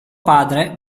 padre